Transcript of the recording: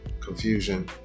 Confusion